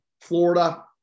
Florida